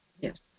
Yes